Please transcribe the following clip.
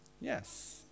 Yes